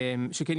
שכן,